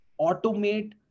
automate